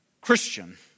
Christian